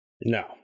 No